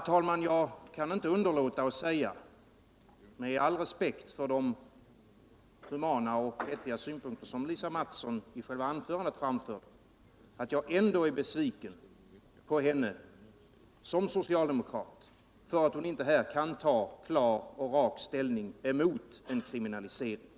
Herr talman! Med all respekt för de humana och vettiga synpunkter som Lisa Mattson framförde i själva anförandet kan jag inte underlåta att säga att jag ändå är besviken på henne i hennes egenskap av socialdemokrat, därför att hon här inte kan ta klar och rak ställning emot en kriminalisering.